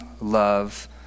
love